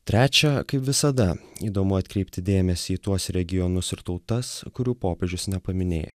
trečia kaip visada įdomu atkreipti dėmesį į tuos regionus ir tautas kurių popiežius nepaminėjo